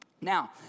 Now